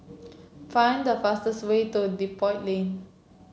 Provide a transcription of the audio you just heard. find the fastest way to Depot Lane